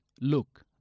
Look